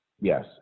Yes